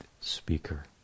speaker